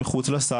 בדיקות מחוץ לסל,